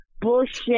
bullshit